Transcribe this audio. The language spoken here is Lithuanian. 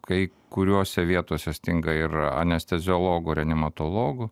kai kuriose vietose stinga ir anesteziologų reanimatologų